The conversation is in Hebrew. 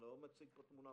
אבל